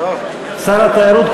שר התיירות,